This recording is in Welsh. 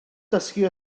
dysgu